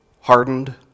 hardened